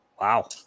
Wow